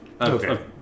Okay